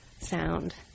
sound